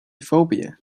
phobia